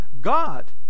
God